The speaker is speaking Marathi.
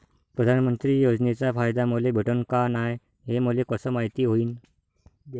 प्रधानमंत्री योजनेचा फायदा मले भेटनं का नाय, हे मले कस मायती होईन?